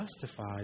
justified